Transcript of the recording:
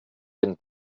den